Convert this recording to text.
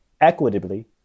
equitably